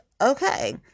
okay